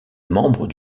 membre